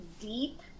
deep